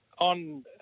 on